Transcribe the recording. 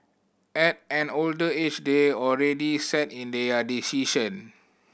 at an older age they're already set in their decision